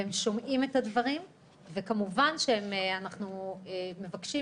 הם שומעים את הדברים וכמובן שאנחנו מבקשים